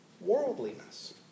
worldliness